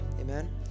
amen